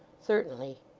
certainly.